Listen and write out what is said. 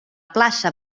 plaça